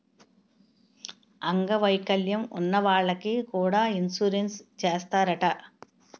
అంగ వైకల్యం ఉన్న వాళ్లకి కూడా ఇన్సురెన్సు చేస్తారట